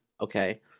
okay